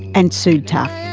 and sue taffe.